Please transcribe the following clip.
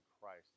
Christ